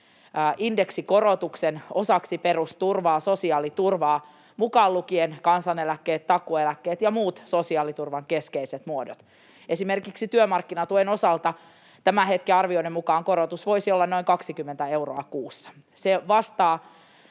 indeksikorotuksen osaksi pe-rusturvaa, sosiaaliturvaa, mukaan lukien kansaneläkkeet, takuueläkkeet ja muut sosiaaliturvan keskeiset muodot. Esimerkiksi työmarkkinatuen osalta tämän hetken arvioiden mukaan korotus voisi olla noin 20 euroa kuussa. Se vastaa